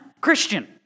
Christian